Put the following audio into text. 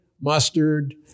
mustard